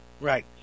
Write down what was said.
Right